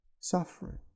suffering